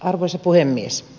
arvoisa puhemies